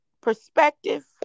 perspective